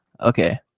Okay